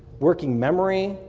working memory,